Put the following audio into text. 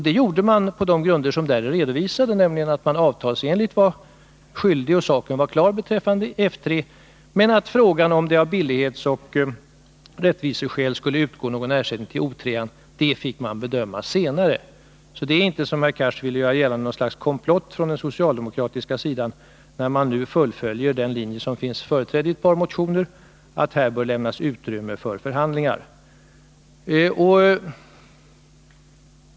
Det gjorde man på de grunder som är redovisade i betänkandet, nämligen att man avtalsenligt var skyldig att betala ersättning och att saken var klar beträffande F 3, medan frågan om det av billighetsoch rättviseskäl skulle utgå någon ersättning för O 3 fick bedömas senare. Det är alltså inte, som herr Cars vill göra gällande, något slags komplott från den socialdemokratiska sidan när man nu fullföljer den linje som är företrädd i ett par motioner — att här bör lämnas utrymme för förhandlingar.